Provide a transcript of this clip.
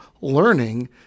learning